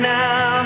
now